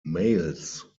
males